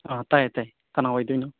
ꯑꯥ ꯇꯥꯏꯌꯦ ꯇꯥꯏꯌꯦ ꯀꯅꯥ ꯑꯣꯏꯗꯣꯏꯅꯣ